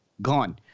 gone